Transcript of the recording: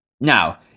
Now